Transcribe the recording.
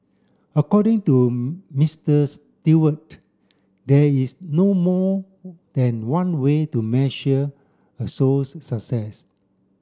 according to Mister Stewart there is no more than one way to measure a show's success